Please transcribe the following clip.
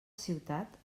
ciutat